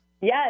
Yes